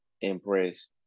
impressed